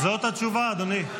זאת התשובה, אדוני.